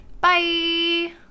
bye